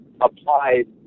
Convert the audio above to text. applied